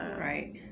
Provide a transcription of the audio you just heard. Right